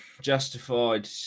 justified